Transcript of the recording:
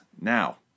Now